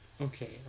Okay